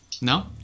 No